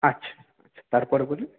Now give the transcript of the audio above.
আচ্ছা তারপর বলুন